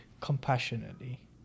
compassionately